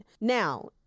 Now